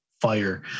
fire